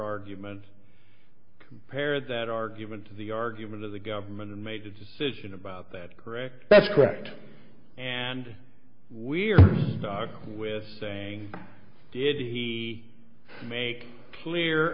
argument pare that argument to the argument of the government made a decision about that correct that's correct and we're stuck with saying did he make clear